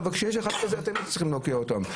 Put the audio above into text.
אבל כשיש אחד כזה אתם הייתם צריכים להוקיע אותם.